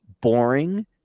boring